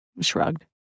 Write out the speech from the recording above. shrugged